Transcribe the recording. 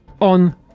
on